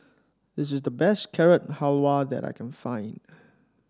it is the best Carrot Halwa that I can find